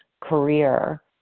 career